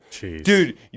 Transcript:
Dude